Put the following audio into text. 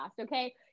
okay